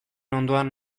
ondoan